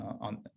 on